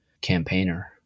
campaigner